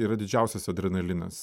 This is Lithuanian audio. yra didžiausias adrenalinas